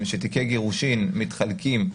תיקי הגירושין מתחלקים: